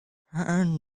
hearn